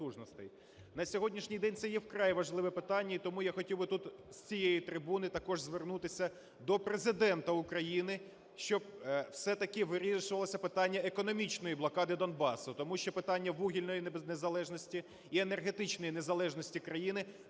На сьогоднішній день це є вкрай важливе питання, і тому я хотів би тут з цієї трибуни також звернутися до Президента України, щоб все-таки вирішувало питання економічної блокади Донбасу. Тому що питання вугільної незалежності і енергетичної незалежності країни